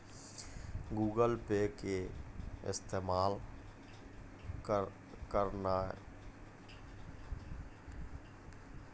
Google Pay के इस्तेमाल करनाय बहुते असान मानलो जाय छै